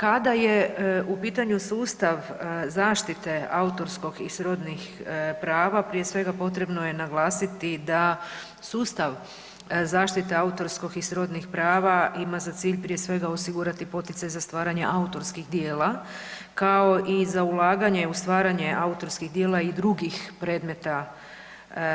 Kada je u pitanju sustav zaštite autorskog i srodnih prava, prije svega potrebno je naglasiti da sustav zaštite autorskog i srodnih prava ima za cilj prije svega osigurati poticaj za stvaranje autorskih djela kao i za ulaganje u stvaranje autorskih djela i drugih predmeta